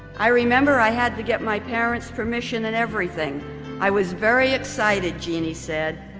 i remember i had to get my parents permission and everything i was very excited jeanne said.